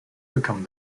become